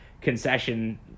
concession